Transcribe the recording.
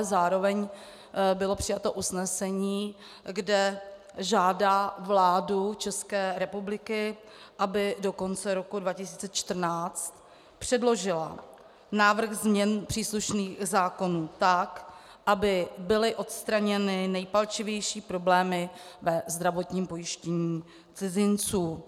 Zároveň ale bylo přijato usnesení, kde žádá vládu České republiky, aby do konce roku 2014 předložila návrh změn příslušných zákonů tak, aby byly odstraněny nejpalčivější problémy ve zdravotním pojištění cizinců.